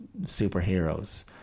superheroes